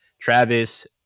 Travis